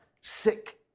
sick